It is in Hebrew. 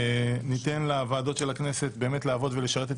ניתן לוועדות של הכנסת לעבוד ולשרת את